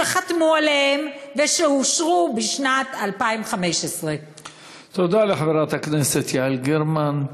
שחתמו עליהם ושאושרו בשנת 2015. תודה לחברת הכנסת יעל גרמן.